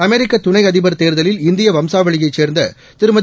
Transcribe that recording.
அமெரிக்கதுணைஅதிபர் தேர்தலில் இந்தியவம்சாவளியைச் சேர்ந்ததிருமதி